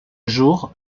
jour